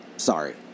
Sorry